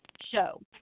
show